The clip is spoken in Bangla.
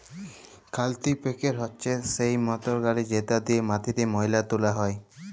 কাল্টিপ্যাকের হছে সেই মটরগড়ি যেট দিঁয়ে মাটিতে ময়লা তুলা হ্যয়